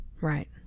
right